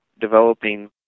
developing